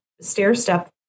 stair-step